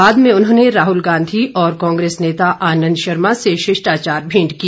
बाद में उन्होंने राहल गांधी और कांग्रेस नेता आनंद शर्मा से शिष्टाचार भेंट की